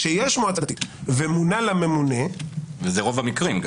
כשיש מועצה דתית ומונה לה ממונה --- וזה רוב המקרים.